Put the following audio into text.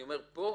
אני אומר שפה